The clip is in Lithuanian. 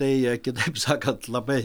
tai kitaip sakant labai